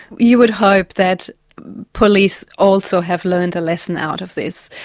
you would hope that police also have learnt a lesson out of this.